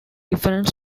different